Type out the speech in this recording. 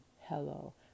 hello